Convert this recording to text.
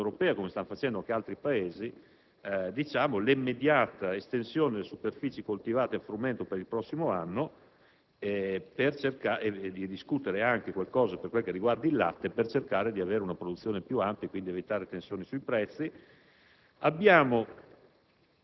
stiamo proponendo all'Unione Europea, come stanno facendo anche altri Paesi, l'immediata estensione delle superfici coltivate a frumento per il prossimo anno e l'avvio di una discussione anche per quanto riguarda il latte, al fine di ottenere una produzione più ampia e quindi evitare tensioni sui prezzi.